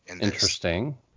Interesting